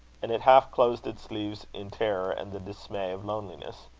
and it half-closed its leaves in terror and the dismay of loneliness.